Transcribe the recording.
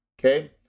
Okay